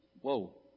Whoa